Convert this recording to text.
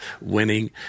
Winning